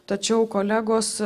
tačiau kolegos